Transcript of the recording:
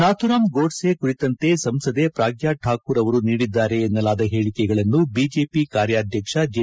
ನಾಥೂರಾಂ ಗೋಡ್ಸೆ ಕುರಿತಂತೆ ಸಂಸದೆ ಪ್ರಾಗ್ಯಾ ಠಾಕೂರ್ ಅವರು ನೀಡಿದ್ದಾರೆ ಎನ್ನಲಾದ ಹೇಳಿಕೆಗಳನ್ನು ಬಿಜೆಪಿ ಕಾರ್ಯಾಧ್ಯಕ್ಷ ಜೆ